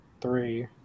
three